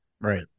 Right